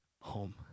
home